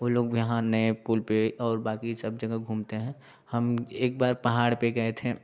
वो लोग भी हाँ नए पुल पे और बाकी सब जगह घूमते हैं हम एक बार पहाड़ पे गए थे